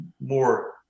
more